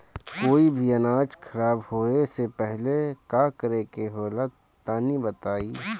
कोई भी अनाज खराब होए से पहले का करेके होला तनी बताई?